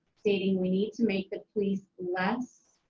stating we need to make the police less,